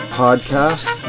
podcast